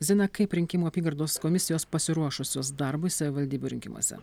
zina kaip rinkimų apygardos komisijos pasiruošusios darbui savivaldybių rinkimuose